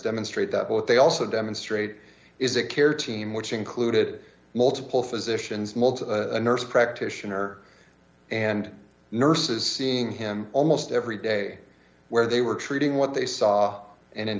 demonstrate that what they also demonstrate is a care team which included multiple physicians multiple nurse practitioner and nurses seeing him almost every day where they were treating what they saw and